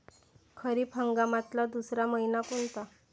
खरीप हंगामातला दुसरा मइना कोनता?